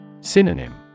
Synonym